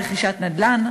רכישת נדל"ן,